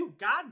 God